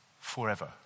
forever